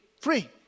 Free